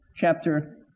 chapter